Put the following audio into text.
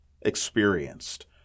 experienced